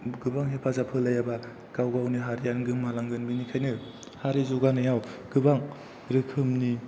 गोबां हेफाजाब होलायाबा गाव गावनि हारियानो गोमालांगोन बेनिखायनो हारि जौगानायाव गोबां रोखोमनि